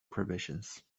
provisions